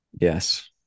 yes